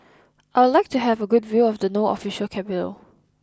I would like to have a good view of No Official Capital